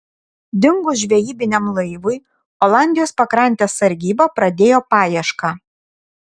dingus žvejybiniam laivui olandijos pakrantės sargyba pradėjo paiešką